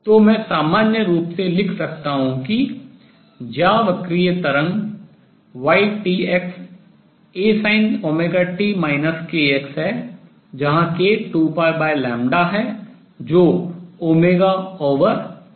तो मैं सामान्य रूप से लिख सकता हूँ कि ज्यावक्रीय तरंग yt x Asinωt kx है जहां k 2 है जो v है